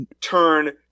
turn